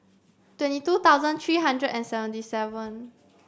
twenty two thousand three hundred and seventy seven